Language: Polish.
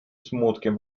smutkiem